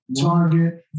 Target